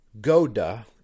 Goda